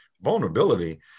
vulnerability